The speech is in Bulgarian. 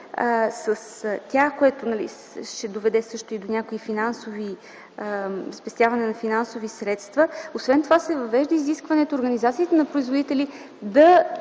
данни, което ще доведе също и до спестяване на финансови средства. Освен това се въвежда изискването организациите на производители да